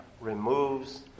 removes